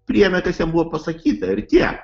priėmė kas jiem buvo pasakyta ir tiek